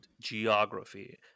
geography